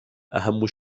أهم